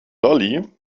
lolli